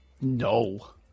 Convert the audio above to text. No